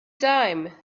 dime